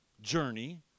journey